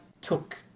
took